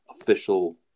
official